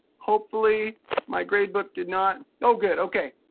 hopefully my grade book did not, oh good, okay.